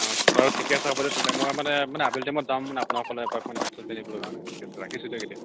অঁ বাৰু ঠিকে আছে হ'ব দিয়ক তেন্তে মই মানে আবেলি টাইমত যাম মানে আপোনাৰ ওচৰলৈ এপাক মানে শাক চব্জি আনিবলৈ কাৰণে ঠিক আছে ৰাখিছো দিয়ক এতিয়া